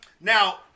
Now